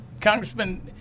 congressman